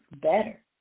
better